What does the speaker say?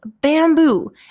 bamboo